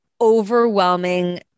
overwhelming